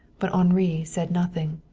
but henri said nothing.